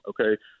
okay